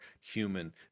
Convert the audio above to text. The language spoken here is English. human